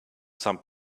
some